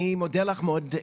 אני מודה לך מאוד,